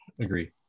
agree